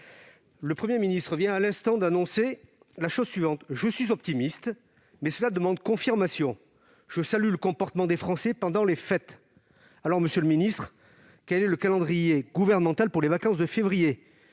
Le Premier ministre vient à l'instant de déclarer :« Je suis optimiste, mais cela demande confirmation. Je salue le comportement des Français pendant les fêtes. » Alors, monsieur le secrétaire d'État, quel est le calendrier gouvernemental pour les vacances de février ?